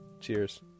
Cheers